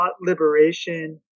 liberation